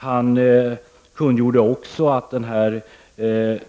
Han kungjorde också att